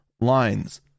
lines